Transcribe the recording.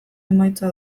emaitza